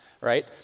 right